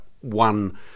one